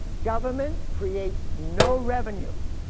government creates no revenues.